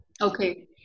Okay